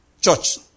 church